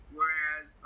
Whereas